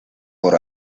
por